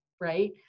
right